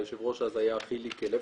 היושב ראש אז היה חיליק לבקוביץ.